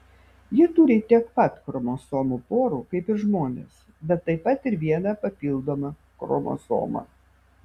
jie turi tiek pat chromosomų porų kaip ir žmonės bet taip pat ir vieną papildomą chromosomą